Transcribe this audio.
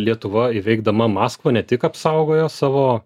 lietuva įveikdama maskvą ne tik apsaugojo savo